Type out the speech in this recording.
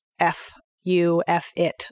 F-U-F-It